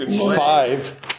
Five